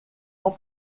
ans